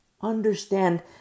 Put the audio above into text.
Understand